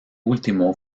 último